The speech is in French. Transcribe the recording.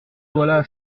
voilà